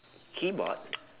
keyboard